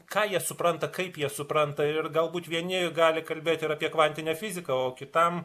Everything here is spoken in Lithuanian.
ką jie supranta kaip jie supranta ir galbūt vieni gali kalbėt ir apie kvantinę fiziką o kitam